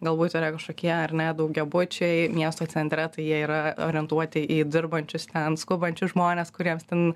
galbūt yra kažkokie ar ne daugiabučiai miesto centre tai jie yra orientuoti į dirbančius ten skubančius žmones kuriems ten